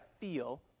feel